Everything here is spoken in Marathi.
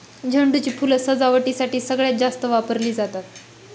झेंडू ची फुलं सजावटीसाठी सगळ्यात जास्त वापरली जातात